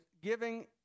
giving